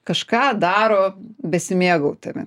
kažką daro besimėgaudami